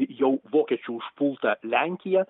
jau vokiečių užpulta lenkija